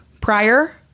prior